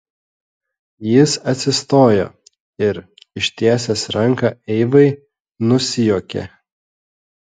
jis atsistojo ir ištiesęs ranką eivai nusijuokė